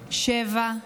7,